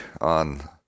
on